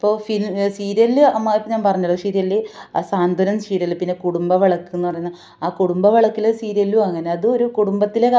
ഇപ്പോൾ ഫിലി സീരിയലില് അമ ഞാൻ പറഞ്ഞല്ലോ സീരിയലില് ആ സാന്ത്വനം സീരിയല് പിന്നെ കുടുംബവിളക്ക് എന്ന് പറയുന്ന ആ കുടുംബവിളക്കില് സീരിയലിലും അങ്ങനെ അത് ഒരു കുടുംബത്തിലെ